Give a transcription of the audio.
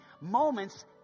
moments